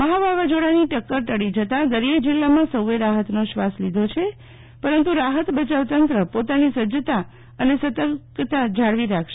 મહા વાવાઝોડાની ટક્કર ટળી જતાં દરિયાઇ જિલ્લામાં સૌએ રાહતનો શ્વાસ લીધો છે પરંતુરાહત બયાવ તંત્ર પોતાની સજજતા અને સતર્કતા જાળવી રાખશે